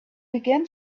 began